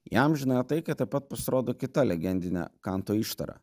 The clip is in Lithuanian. į amžinąją taiką taip pat pasirodo kita legendinė kanto ištara